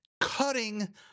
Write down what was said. cutting